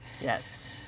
Yes